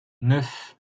neuf